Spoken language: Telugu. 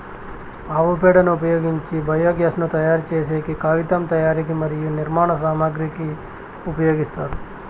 ఆవు పేడను ఉపయోగించి బయోగ్యాస్ ను తయారు చేసేకి, కాగితం తయారీకి మరియు నిర్మాణ సామాగ్రి కి ఉపయోగిస్తారు